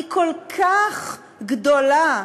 היא כל כך גדולה,